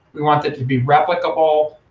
we want it to be replicable,